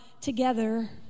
together